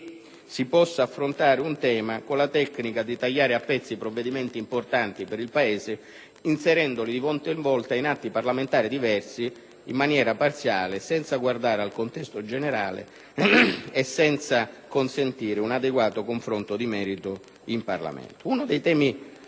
si possa affrontare un tema con la tecnica di tagliare e pezzi provvedimenti importanti per il Paese, inserendoli di volta in volta in atti parlamentari diversi, in maniera parziale, senza guardare al contesto generale e senza a consentire un adeguato confronto di merito in Parlamento. Uno dei temi